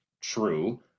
true